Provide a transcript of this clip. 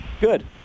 Good